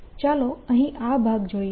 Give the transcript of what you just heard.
હવે ચાલો અહીં આ ભાગ જોઈએ